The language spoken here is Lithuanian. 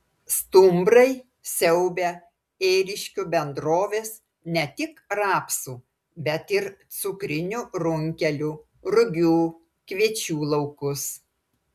stumbrai siaubia ėriškių bendrovės ne tik rapsų bet ir cukrinių runkelių rugių kviečių laukus